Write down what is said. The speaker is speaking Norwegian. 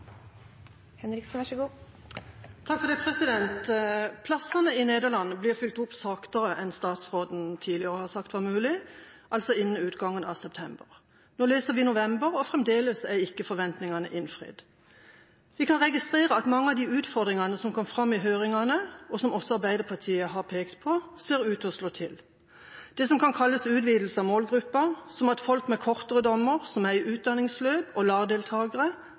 saktere enn statsråden tidligere har sagt var mulig, altså innen utgangen av september. Nå leser vi november, og fremdeles er ikke forventningene innfridd. Vi kan registrere at mange av de utfordringene som kom fram i høringene, og som også Arbeiderpartiet har pekt på, ser ut til å slå til: det som kan kalles utvidelse av målgruppene, det at folk med kortere dommer, folk som er i utdanningsløp og